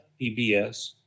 PBS